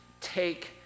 take